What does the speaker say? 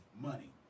money